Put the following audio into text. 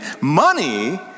money